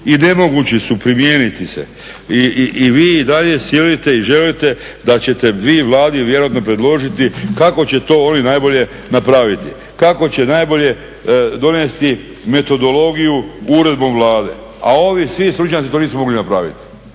i nemoguću su primijeniti se. I vi i dalje silujete i želite da ćete vi Vladi vjerojatno predložiti kako će to oni najbolje napraviti, kako će najbolje donesti metodologiju uredbom Vlade. A ovi svi stručnjaci to nisu mogli napraviti.